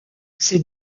ces